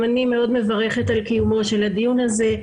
גם אני מאוד מברכת על קיומו של הדיון הזה.